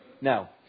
Now